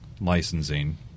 licensing